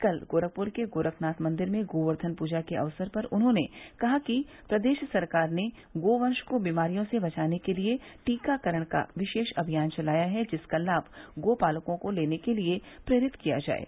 कल गोरखपुर के गोरखनाथ मंदिर में गोवर्धन पूजा के अवसर पर उन्होंने कहा कि प्रदेश सरकार ने गो वंश को बीमारियों से बचाने के लिए टीकाकरण का विशेष अभियान चलाया है जिसका लाभ गो पालकों को लेने के लिए प्रेरित किया जाये